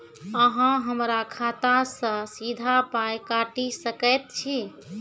अहॉ हमरा खाता सअ सीधा पाय काटि सकैत छी?